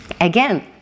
Again